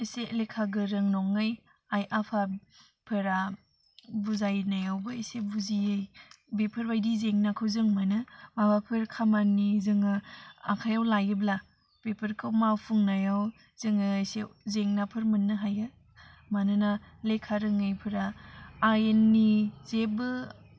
एसे लेखा गोरों नङै आइ आफाफोरा बुजायनायावबो एसे बुजियै बेफोरबायदि जेंनाखौ जों मोनो माबाफोर खामानि जोङो आखाइयाव लायोब्ला बिफोरखौ मावफुंनायाव जोङो एसे जेंनाफोर मोननो हायो मानोना लेखा रोङैफोरा आयेननि जेबो